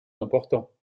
important